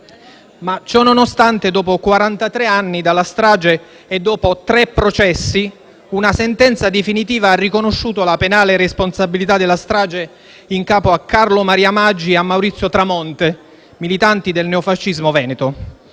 Ma, ciononostante, dopo quarantatré anni dalla strage e dopo tre processi una sentenza definitiva ha riconosciuto la penale responsabilità della strage in capo a Carlo Maria Maggi e a Maurizio Tramonte, militanti del neofascismo veneto.